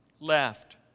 left